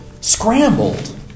scrambled